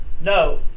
No